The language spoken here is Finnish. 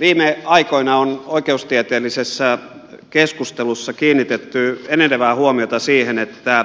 viime aikoina on oikeustieteellisessä keskustelussa kiinnitetty enenevää huomiota siihen että